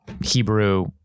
Hebrew